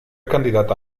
candidata